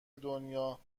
دنیا